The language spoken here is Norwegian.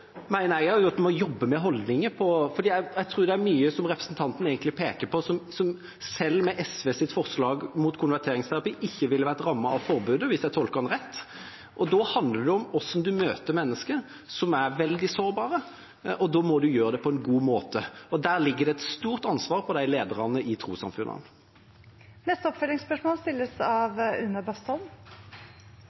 jeg også at en må jobbe med holdninger, for jeg tror det er mye som representanten egentlig peker på, som selv med SVs forslag mot konverteringsterapi ikke ville vært rammet av forbudet, hvis jeg tolker ham rett. Da handler det om hvordan man møter mennesker som er veldig sårbare, og da må man gjøre det på en god måte. Der ligger det et stort ansvar på lederne i trossamfunnene. Une Bastholm – til oppfølgingsspørsmål.